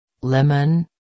Lemon